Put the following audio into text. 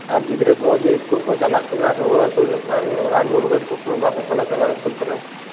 ᱟᱨ ᱜᱤᱫᱽᱨᱟᱹ ᱠᱚᱣᱟᱜ ᱡᱮ ᱤᱥᱠᱩᱞ ᱠᱚ ᱪᱟᱞᱟᱜ ᱠᱟᱱᱟ ᱨᱩᱣᱟᱹ ᱦᱟᱹᱥᱩ ᱡᱚᱠᱷᱚᱱ ᱨᱟᱱ ᱢᱩᱨᱜᱟᱹᱱ ᱠᱚᱠᱚ ᱮᱢᱟ ᱠᱚ ᱠᱟᱱᱟ ᱥᱮ ᱵᱟᱝ ᱤᱥᱠᱩᱞ ᱠᱚᱨᱮ